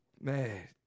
Man